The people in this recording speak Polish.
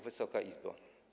Wysoka Izbo!